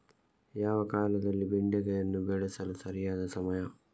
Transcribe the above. ಯಾವ ಕಾಲದಲ್ಲಿ ಬೆಂಡೆಕಾಯಿಯನ್ನು ಬೆಳೆಸಲು ಸರಿಯಾದ ಸಮಯ?